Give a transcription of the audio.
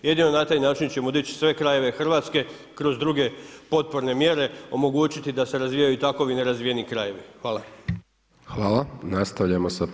Jedino na taj način ćemo dići sve krajeve Hrvatske kroz druge potporne mjere, omogućiti da se razvijaju i takovi nerazvijeni krajevi.